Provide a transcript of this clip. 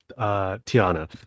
Tiana